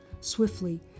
Swiftly